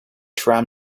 tram